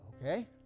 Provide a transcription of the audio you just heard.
Okay